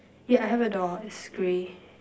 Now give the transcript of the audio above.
yeah I have a door it's grey